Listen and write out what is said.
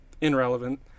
irrelevant